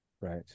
Right